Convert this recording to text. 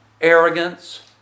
arrogance